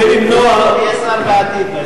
אתה תהיה שר בעתיד.